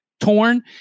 torn